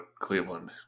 Cleveland